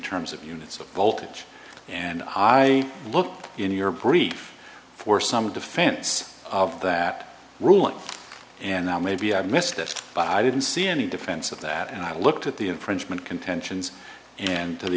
terms of units of voltage and i look in your brief for some a defense of that ruling and now maybe i missed this but i didn't see any defense of that and i looked at the infringement contentions and to the